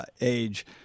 age